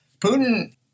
Putin